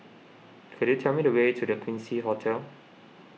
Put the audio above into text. could you tell me the way to the Quincy Hotel